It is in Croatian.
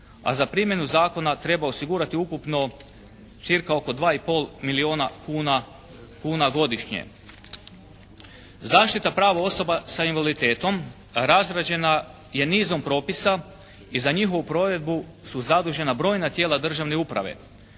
A za primjenu zakona treba osigurati ukupno cca. oko 2 i pol milijuna kuna godišnje. Zaštita prava osoba sa invaliditetom razrađena je nizom propisa i za njihovu provedbu su zadužena brojna tijela državne uprave.